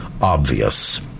obvious